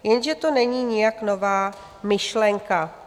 Jenže to není nijak nová myšlenka.